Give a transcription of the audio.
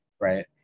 Right